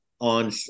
on